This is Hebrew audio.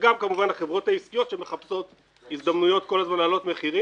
וגם כמובן החברות העסקיות שמחפשות הזדמנויות כל הזמן להעלות מחירים